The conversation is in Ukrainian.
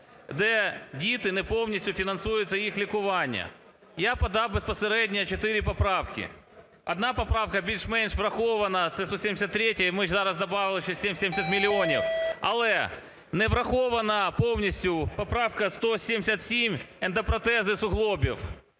де діти, не повністю фінансується їх лікування. Я подав безпосередньо чотири поправки. Одна поправка більш-менш врахована, це 173-я, і ми зараз добавили ще 70 мільйонів. Але не врахована повністю поправка 177 ендопротези суглобів.